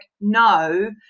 no